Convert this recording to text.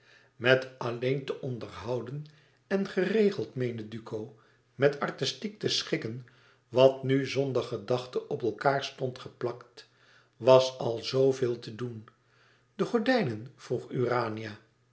met alleen te onderhouden en geregeld meende duco met artistiek te schikken wat nu zonder gedachte op elkaâr stond gepakt was al z veel te doen de gordijnen vroeg urania